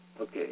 Okay